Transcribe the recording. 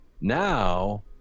Now